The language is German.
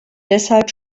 deshalb